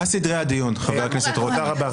תודה רבה.